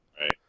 Right